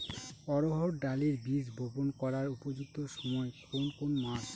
অড়হড় ডালের বীজ বপন করার উপযুক্ত সময় কোন কোন মাস?